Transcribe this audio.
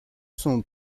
sont